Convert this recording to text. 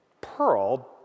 pearl